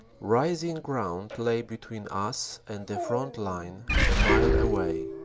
rising ground lay between us and the front line a mile away.